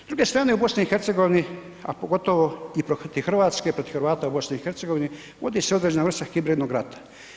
S druge strane u BiH a pogotovo i protiv Hrvatske i protiv Hrvata u BiH vodi se određena vrsta hibridnog rata.